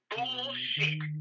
Bullshit